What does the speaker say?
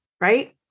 right